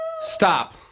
Stop